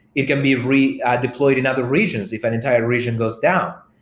it can be redeployed in other regions if an entire region goes down.